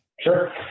Sure